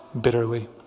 bitterly